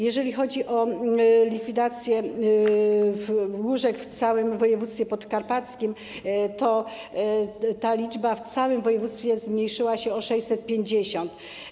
Jeżeli chodzi o likwidację łóżek w całym województwie podkarpackim, liczba tych łóżek w województwie zmniejszyła się o 650.